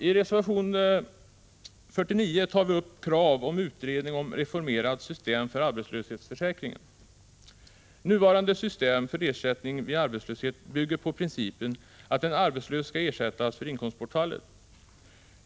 I reservation 49 tar vi upp krav på en utredning om reformerat system för arbetslöshetsförsäkringen. Nuvarande system för ersättning vid arbetslöshet bygger på principen att den arbetslöse skall ersättas för inkomstbortfallet.